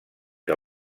que